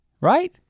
right